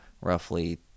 roughly